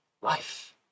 life